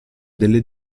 delle